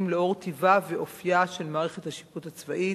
לאור טיבה ואופיה של מערכת השיפוט הצבאית.